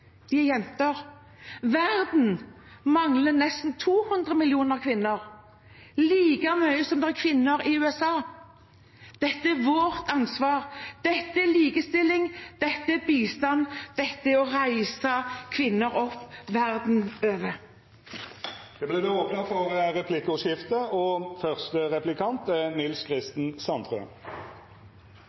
er jenter. Verden mangler nesten 200 millioner kvinner, like mange kvinner som det er i USA. Dette er vårt ansvar, dette er likestilling, dette er bistand, dette er å reise kvinner opp verden over. Det vert replikkordskifte. Selv etter den tørreste sommeren på over 100 år og